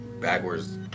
Backwards